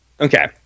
Okay